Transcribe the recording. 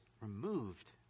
removed